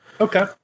Okay